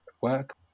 work